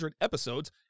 episodes